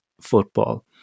football